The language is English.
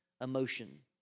emotion